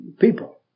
people